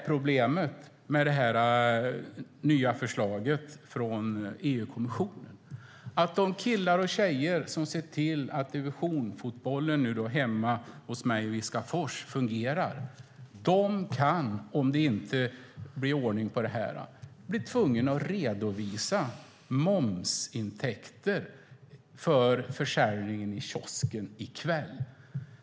Problemet med det nya förslaget från EU-kommissionen är att de killar och tjejer som ser till divisionsfotbollen hemma hos mig i Viskafors - om det inte blir ordning på det här - kan bli tvungna att redovisa momsintäkter för försäljningen i kiosken i kväll.